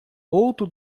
outro